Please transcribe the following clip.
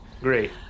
Great